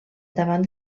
davant